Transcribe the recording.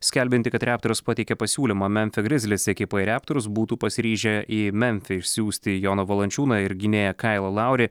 skelbiantį kad reptors pateikė pasiūlymą memfio grizlis ekipai reptors būtų pasiryžę į memfį išsiųsti joną valančiūną ir gynėją kailą lauri